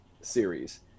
series